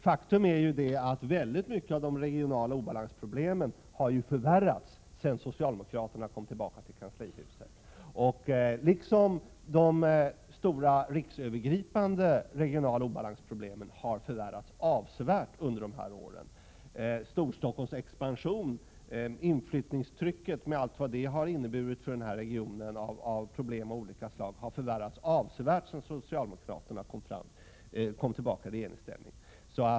Faktum är att väldigt många av de regionala obalansproblemen har förvärrats sedan socialdemokraterna kom tillbaka till kanslihuset, liksom de stora riksövergripande regionala balansproblemen har förvärrats avsevärt under dessa år. Storstockholms expansion, inflyttningstrycket, med allt vad det har inneburit av problem av olika slag, har förvärrats avsevärt sedan socialdemokraterna kom tillbaka i regeringsställning.